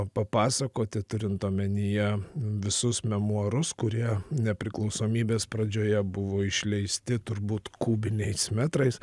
papasakoti turint omenyje visus memuarus kurie nepriklausomybės pradžioje buvo išleisti turbūt kubiniais metrais